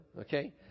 Okay